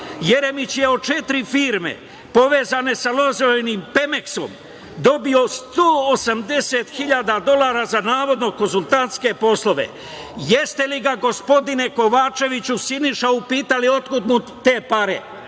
Jeremić je od četiri firme, povezane sa Lozojevim "Pemeksom", dobio 180 hiljada dolara za navodno konsultantske poslove. Jeste li ga, gospodine Kovačeviću Siniša, upitali otkud mu te pare?